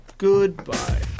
Goodbye